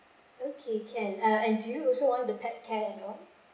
okay can uh and do you also want the pet care adding on